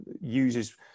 uses